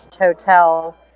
Hotel